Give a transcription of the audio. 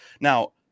Now